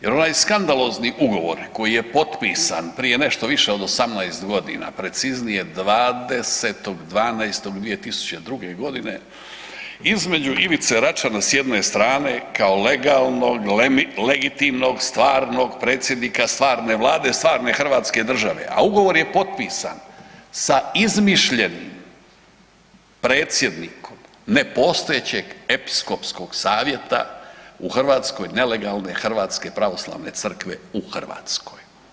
Jer onaj skandalozni ugovor koji je potpisan prije nešto više od 18.g., preciznije 20.12.2002.g. između Ivice Račana s jedne strane kao legalnog legitimnog stvarnog predsjednika stvarne vlade stvarne hrvatske države, a ugovor je potpisan sa izmišljenim predsjednikom nepostojećeg Episkopskog savjeta u Hrvatskoj nelegalne hrvatske pravoslavne crkve u Hrvatskoj.